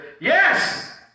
Yes